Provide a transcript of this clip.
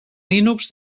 linux